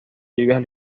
lluvias